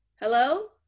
hello